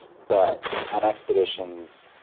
but on expeditions,